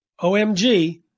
OMG